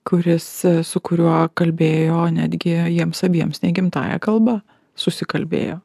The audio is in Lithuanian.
kuris su kuriuo kalbėjo netgi jiems abiems ne gimtąja kalba susikalbėjo